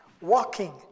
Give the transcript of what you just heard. walking